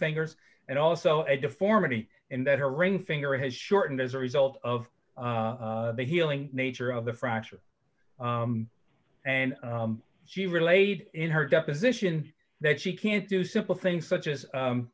fingers and also a deformity and that her ring finger has shortened as a result of the healing nature of the fracture and she relayed in her deposition that she can't do simple things such as